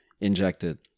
injected